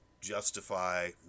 justify